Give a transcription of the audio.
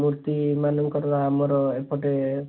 ମୂର୍ତ୍ତିମାନଙ୍କର ଆମର ଏପଟେ